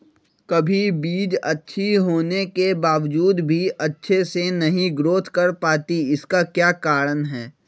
कभी बीज अच्छी होने के बावजूद भी अच्छे से नहीं ग्रोथ कर पाती इसका क्या कारण है?